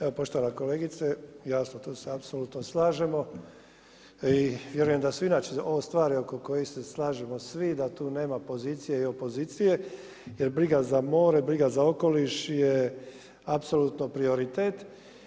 Evo poštovana kolegice, jasno tu se apsolutno slažemo i vjerujem da su inače ovo stvari oko kojih se slažemo svi da tu nema pozicije i opozicije jer briga za more, briga za okoliš je apsolutno prioritet.